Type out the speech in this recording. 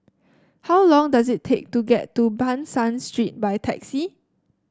how long does it take to get to Ban San Street by taxi